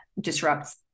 disrupts